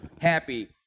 happy